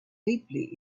deeply